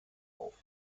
auf